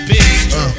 Bitch